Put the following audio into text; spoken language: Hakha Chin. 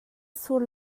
sur